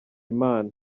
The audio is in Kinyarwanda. imana